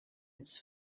its